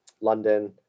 London